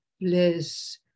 bliss